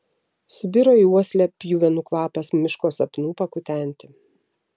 subiro į uoslę pjuvenų kvapas miško sapnų pakutenti